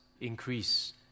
increase